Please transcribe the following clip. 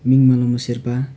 mean Sherpa